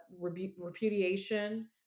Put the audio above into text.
repudiation